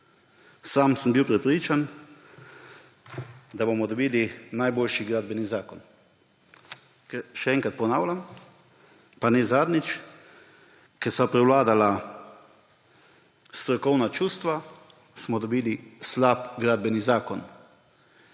sam sem bil prepričan, da bomo dobili najboljši gradbeni zakon. Še enkrat ponavljam, pa ne zadnjič, ker so prevladala strokovna čustva, smo dobili slab gradbeni zakon,